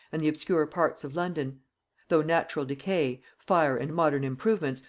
and the obscure parts of london though natural decay, fire and modern improvements,